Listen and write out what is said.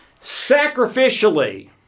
sacrificially